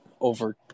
over